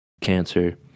cancer